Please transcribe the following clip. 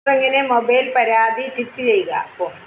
സാംസങ്ങിന് mobile പരാതി tweet ചെയ്യുക